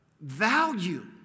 Value